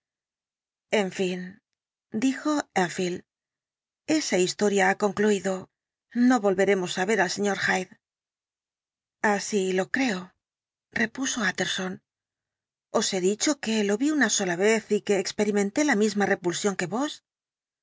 en fin dijo enfield esa historia ha concluido no volveremos á ver al sr hyde así lo creo repuso utterson os he dicho que lo vi una sola vez y que experimenté la misma repulsión que vos